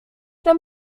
nam